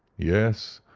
yes,